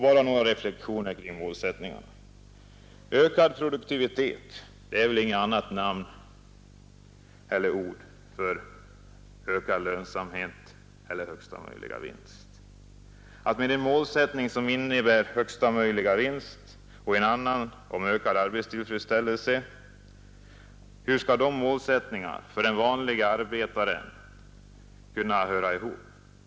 Bara några reflexioner kring målsättningarna. Ökad produktivitet är väl bara ett annat ord för ökad lönsamhet eller högsta möjliga vinst. Hur skall en målsättning som innebär dels högsta möjliga vinst för ägarna, dels ökad arbetstillfredsställelse för arbetarna kunna hålla ihop?